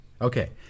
Okay